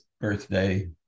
birthday